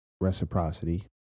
reciprocity